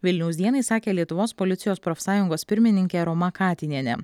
vilniaus dienai sakė lietuvos policijos profsąjungos pirmininkė roma katinienė